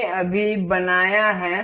हमें अभी बनाया है